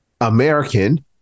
American